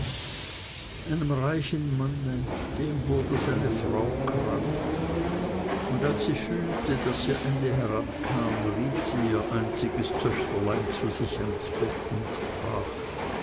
einem reichen manne dem wurde seine frau krank und als sie fühlte daß ihr ende herankam rief sie ihr einziges töchterlein zu sich ans bett und sprach